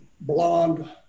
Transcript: blonde